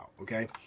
okay